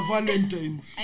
Valentine's